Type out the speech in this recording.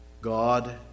God